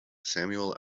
samuel